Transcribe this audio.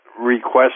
request